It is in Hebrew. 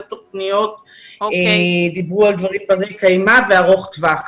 תוכניות ודיברו על דברים ברי קיימא ועל תכנון ארוך טווח.